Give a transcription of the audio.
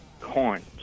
Coins